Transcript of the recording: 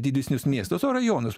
didesnius miestus o rajonus